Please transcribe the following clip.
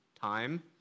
time